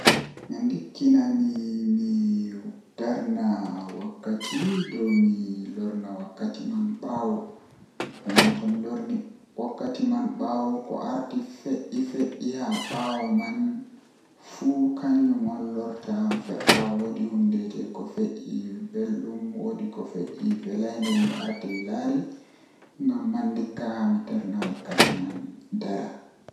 Ndikkinami mi darna wakkati dow mi lorna wakkati man baawo ngam to mi lorni wakkati man baawo ko arti fe'e haa baawo man fuu kanjum on lorata fe'a haa woodi ko fe'e beldum woodi ko fe'e velai nden mi arti mi laari ngamman ndikka mi darni wakkati man dara